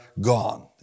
gone